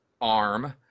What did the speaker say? arm